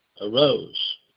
arose